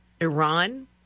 Iran